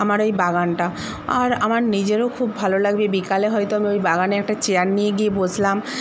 আমার ওই বাগানটা আর আমার নিজেরও খুব ভালো লাগবে বিকালে হয়তো আমি ওই বাগানে একটা চেয়ার নিয়ে গিয়ে বসলাম